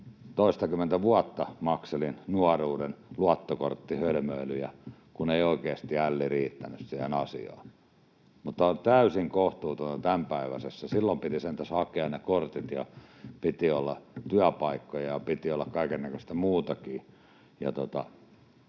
toistakymmentä vuotta makselin nuoruuden luottokorttihölmöilyjä, kun ei oikeasti älli riittänyt siihen asiaan. Mutta on täysin kohtuutonta tämänpäiväinen. Silloin piti sentään hakea ne kortit ja piti olla työpaikkoja ja piti olla kaikennäköistä muutakin.